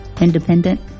independent